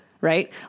right